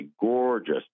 gorgeous